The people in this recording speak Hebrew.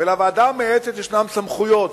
ולוועדה המייעצת יש סמכויות,